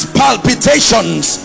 palpitations